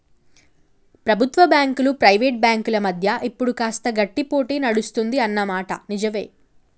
ప్రభుత్వ బ్యాంకులు ప్రైవేట్ బ్యాంకుల మధ్య ఇప్పుడు కాస్త గట్టి పోటీ నడుస్తుంది అన్న మాట నిజవే